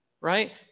right